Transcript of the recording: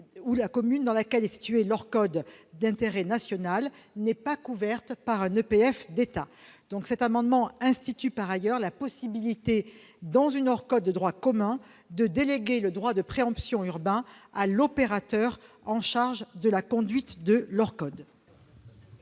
où la commune dans laquelle est située l'ORCOD d'intérêt national n'est pas couverte par un EPF d'État. Cet amendement institue par ailleurs la possibilité, dans une ORCOD de droit commun, de déléguer le droit de préemption urbain à l'opérateur en charge de la conduite de l'ORCOD.